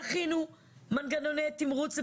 תכינו מנגנוני תמרוץ לפסיכולוגים,